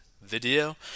video